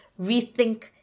rethink